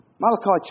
Malachi